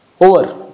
Over